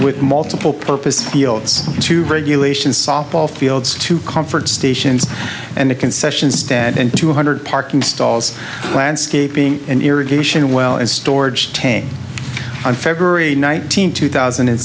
with multiple purpose fields to regulation softball fields two conference stations and a concession stand and two hundred parking stalls landscaping and irrigation well as storage tanks on february nineteenth two thousand